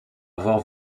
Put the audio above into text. avoir